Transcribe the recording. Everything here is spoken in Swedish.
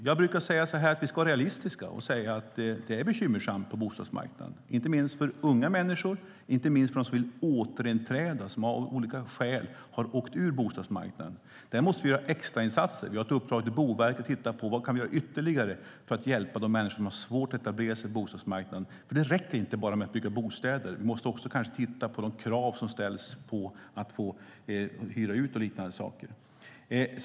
Jag brukar säga att vi ska vara realistiska och säga att det är bekymmersamt på bostadsmarknaden, inte minst för unga människor och inte minst för dem som vill återinträda, som av olika skäl har åkt ur bostadsmarknaden. Där måste vi göra extrainsatser. Vi har gett i uppdrag till Boverket att titta på vad vi kan göra ytterligare för att hjälpa de människor som har svårt att etablera sig på bostadsmarknaden. Det räcker inte med att bara bygga bostäder. Vi måste kanske också titta på de krav som ställs när det gäller att få hyra ut och liknande saker.